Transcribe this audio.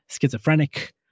schizophrenic